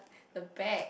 the bag